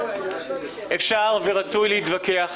אפשר ורצוי להתווכח